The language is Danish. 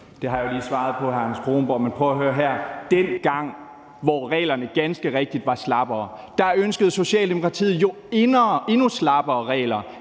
Det har jeg jo lige svaret på, hr. Anders Kronborg. Men prøv at høre her, dengang hvor reglerne ganske rigtigt var slappere, ønskede Socialdemokratiet jo endnu slappere regler